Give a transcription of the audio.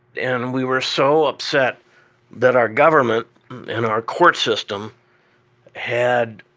and we were so upset that our government in our court system had